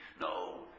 No